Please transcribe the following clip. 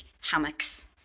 hammocks